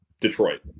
Detroit